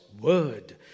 word